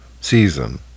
season